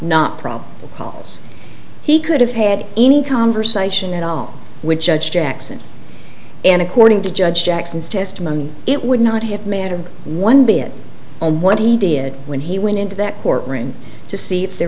not problem calls he could have had any conversation at all with judge jackson and according to judge jackson's testimony it would not have mattered one bit what he did when he went into that court room to see if there